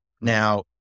Now